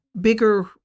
bigger